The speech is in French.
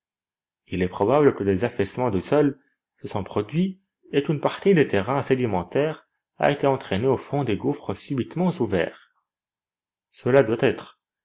il est probable que des affaissements du sol se sont produits et qu'une partie des terrains sédimentaires a été entraînée au fond des gouffres subitement ouverts cela doit être